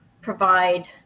provide